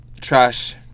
Trash